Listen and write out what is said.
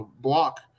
block